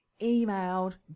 emailed